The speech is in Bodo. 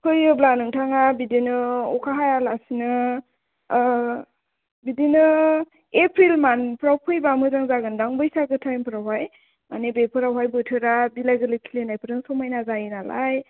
फैयोब्ला नोंथाङा बिदिनो अखा हायालासिनो बिदिनो एप्रिल मान्थफोराव फैब्ला मोजां जागोन दां बैसागु टाइमफोरावहाय माने बेफोरावहाय बोथोरा बिलाय जोलै फुलिनायफोरजों समायना जायो नालाय